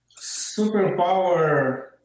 Superpower